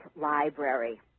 library